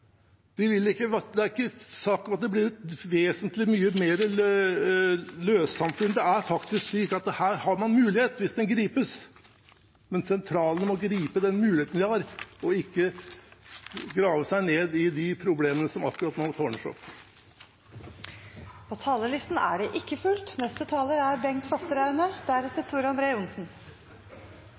Det er ikke snakk om at det i mer vesentlig grad blir et løsarbeidersamfunn, det er faktisk slik at her har man muligheten hvis den gripes. Men sentralene må gripe den muligheten, og ikke grave seg ned i de problemene som akkurat nå tårner seg opp. På talerlisten er det ikke